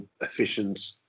efficient